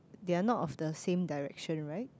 they're not of the same direction right